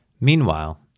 Meanwhile